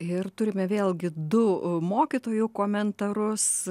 ir turime vėlgi du mokytojų komentarus